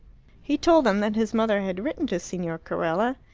he told them that his mother had written to signor carella,